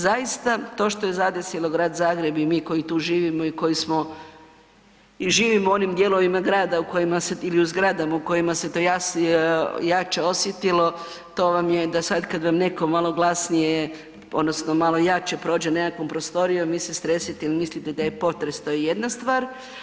Zaista, to što je zadesilo grad Zagreb i mi koji tu živimo i koji smo, i živimo u onim dijelovima grada u kojima se, ili u zgradama u kojima se to jače osjetilo, to vam je, da sad kad vam netko malo glasnije, odnosno malo jače prođe nekakvom prostorijom, vi ste stresete jer mislite da je potres, to je jedna stvar.